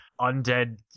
undead